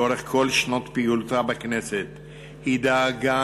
לאורך כל שנות פעילותה בכנסת היא דאגה